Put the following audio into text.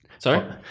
sorry